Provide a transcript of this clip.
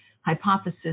hypothesis